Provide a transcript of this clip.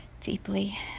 deeply